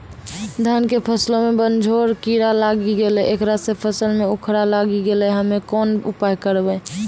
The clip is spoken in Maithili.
धान के फसलो मे बनझोरा कीड़ा लागी गैलै ऐकरा से फसल मे उखरा लागी गैलै हम्मे कोन उपाय करबै?